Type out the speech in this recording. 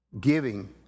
giving